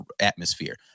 atmosphere